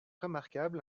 remarquable